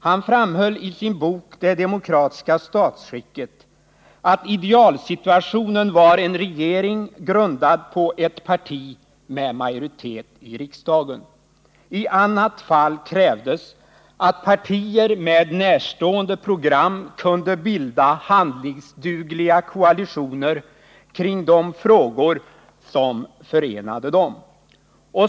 Han framhöll i sin bok Det demokratiska statsskicket att idealsituationen var en regering grundad på ett parti med majoritet i riksdagen. I annat fall krävdes att partier med närstående program kunde bilda handlingsdugliga koalitioner kring de frågor som förenade dem.